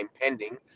pending